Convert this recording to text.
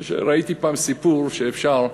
ראיתי פעם סיפור שאפשר,